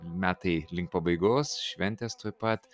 metai link pabaigos šventės tuoj pat